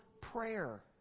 prayer